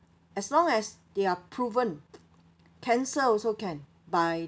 as long as they are proven cancer also can by